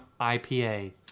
IPA